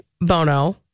Bono